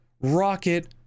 Rocket